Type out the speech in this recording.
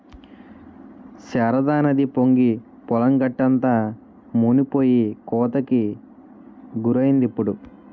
శారదానది పొంగి పొలం గట్టంతా మునిపోయి కోతకి గురైందిప్పుడు